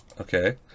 Okay